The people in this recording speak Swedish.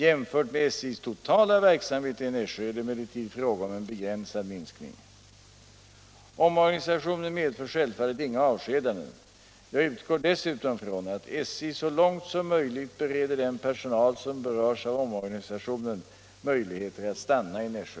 Jämfört med SJ:s totala verksamhet i Nässjö är det emellertid fråga om en begränsad minskning. Omorganisationen medför självfallet inga avskedanden. Jag utgår dessutom från att SJ så långt som möjligt bereder den personal som berörs av omorganisationen möjligheter att stanna i Nässjö.